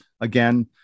again